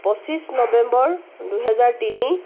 পঁচিছ নৱেম্বৰ দুহেজাৰ তিনি